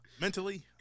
Mentally